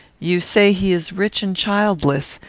you say he is rich and childless.